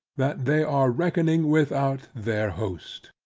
that they are reckoning without their host.